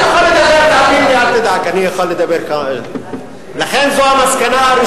אל תדאג, אני יכול לדבר, תאמין לי, אל תדאג.